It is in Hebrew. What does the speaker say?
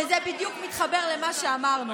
וזה בדיוק מתחבר למה שאמרנו,